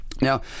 Now